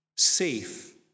safe